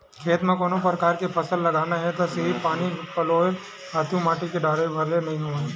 खेत म कोनो परकार के फसल लगाना हे त सिरिफ पानी पलोय ले, खातू माटी के डारे भर ले नइ होवय